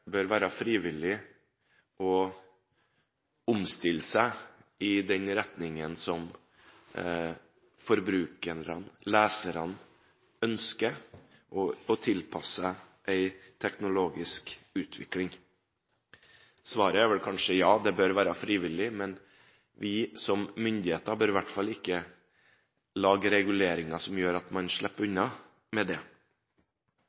bør være frivillig å omstille seg i den retningen som forbrukerne – leserne – ønsker og å tilpasse seg en teknologisk utvikling. Svaret er vel kanskje ja – det bør være frivillig. Vi som myndigheter bør i hvert fall ikke lage reguleringer som gjør at man slipper